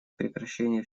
прекращение